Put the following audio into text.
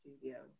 Studio